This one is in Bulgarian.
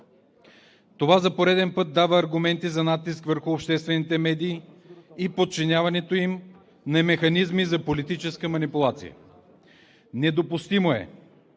Това за пореден път дава аргументи за натиск върху обществените медии и подчиняването им на механизми за политическа манипулация. Недопустимо е,